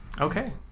Okay